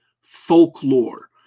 folklore